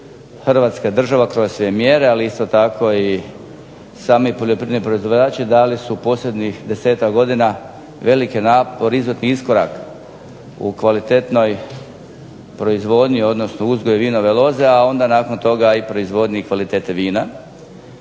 se ne razumije./… mjere, ali isto tako i sami poljoprivredni proizvođači dali su posljednjih 10-ak godina velike …/Govornik se ne razumije./… iskorak u kvalitetnoj proizvodnji, odnosno uzgoju vinove loze, a onda nakon toga i proizvodnji i kvalitete vina,